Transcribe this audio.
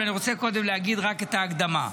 ואני רוצה קודם להגיד רק את ההקדמה.